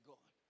God